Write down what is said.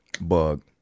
bug